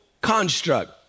construct